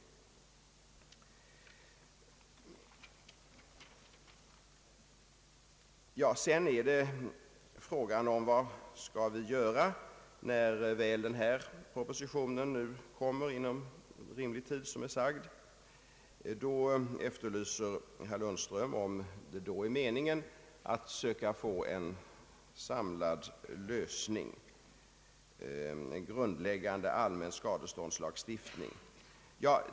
När väl denna proposition kommer — inom rimlig tid som det sagts — gäller frågan vad vi sedan skall göra. Herr Lundström efterlyser om det då är meningen att söka få en samlad lösning, en grundläggande allmän skadeståndslagstiftning.